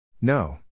No